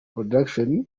production